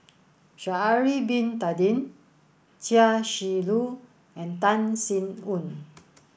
Sha'ari Bin Tadin Chia Shi Lu and Tan Sin Aun